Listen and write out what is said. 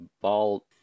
ball